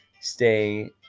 stay